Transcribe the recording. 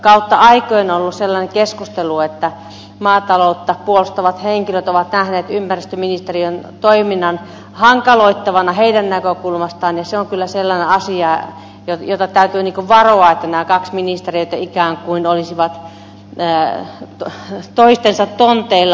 kautta aikojen on ollut vallalla sellainen keskustelu että maataloutta puolustavat henkilöt ovat nähneet ympäristöministeriön toiminnan hankaloittavana asiana heidän näkökulmastaan ja se on kyllä sellainen asia jota täytyy varoa että nämä kaksi ministeriötä ikään kuin olisivat toistensa tonteilla